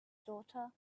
daughter